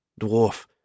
dwarf